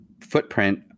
footprint